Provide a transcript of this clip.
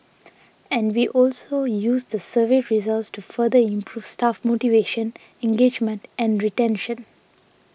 and we also use the survey results to further improve staff motivation engagement and retention